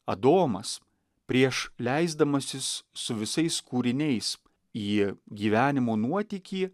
adomas prieš leisdamasis su visais kūriniais į gyvenimo nuotykį